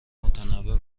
متنوع